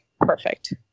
perfect